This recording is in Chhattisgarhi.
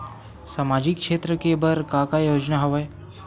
सामाजिक क्षेत्र के बर का का योजना हवय?